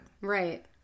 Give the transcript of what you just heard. Right